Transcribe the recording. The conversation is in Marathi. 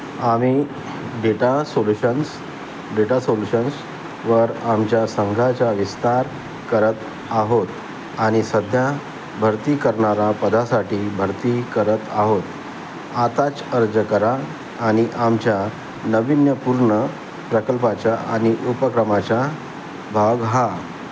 आम्ही डेटा सोल्युशन्स डेटा सोल्यूशन्स वर आमच्या संघाच्या विस्तार करत आहोत आणि सध्या भरती करणारा पदासाठी भरती करत आहोत आताच अर्ज करा आणि आमच्या नावीन्यपूर्ण प्रकल्पाच्या आणि उपक्रमाच्या भाग हा